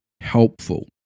helpful